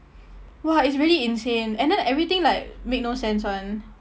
!wah! it's really insane and then everything like make no sense [one]